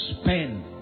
spend